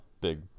big